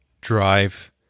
drive